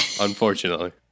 unfortunately